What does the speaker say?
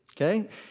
Okay